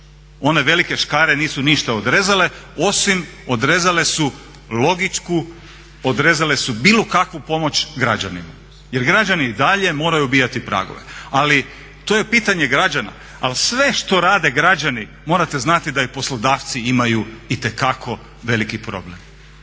One velike škare nisu ništa odrezale, osim odrezale su logiku, odrezale su bilo kakvu pomoć građanima. Jer građani i dalje moraju obijati pragove. Ali to je pitanje građana, ali sve što rade građani morate znati da i poslodavci imaju itekako veliki problem.